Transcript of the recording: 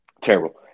terrible